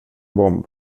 bomb